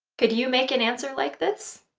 could you make an answer like this?